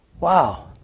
Wow